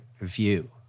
view